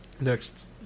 next